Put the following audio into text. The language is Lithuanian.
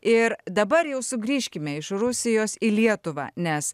ir dabar jau sugrįžkime iš rusijos į lietuvą nes